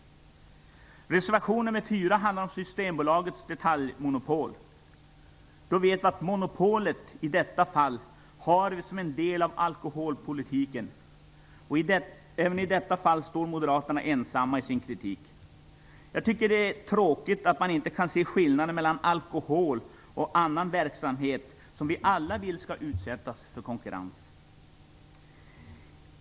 Reservation nr 4 handlar om Systembolagets detaljmonopol. Då vet vi att vi i detta fall har monopolet som en del av alkoholpolitiken. Även här står Moderaterna ensamma i sin kritik. Jag tycker att det är tråkigt att man inte kan se skillnaden mellan alkohol och annan verksamhet som vi alla vill skall utsättas för konkurrens.